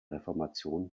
reformation